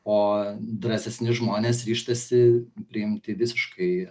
o drąsesni žmonės ryžtasi priimti visiškai